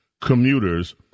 commuters